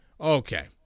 Okay